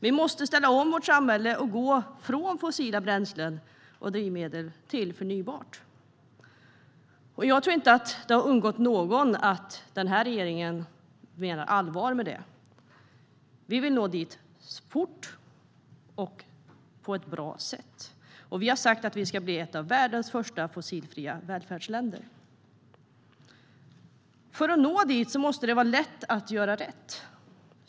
Vi måste ställa om vårt samhälle och gå från fossila bränslen och drivmedel till förnybart. Jag tror inte att det har undgått någon att den här regeringen menar allvar med det. Vi vill nå dit fort och på ett bra sätt, och vi har sagt att vi ska bli ett av världens första fossilfria välfärdsländer. För att nå dit måste det vara lätt att göra rätt.